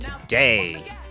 Today